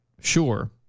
Sure